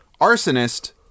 Arsonist